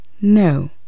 no